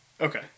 Okay